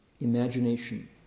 imagination